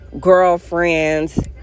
girlfriends